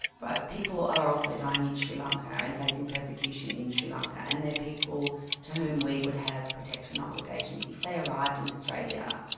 but people are also dying in sri lanka and facing persecution in sri lanka, and they are people to whom we would have protection obligations if they arrived in australia.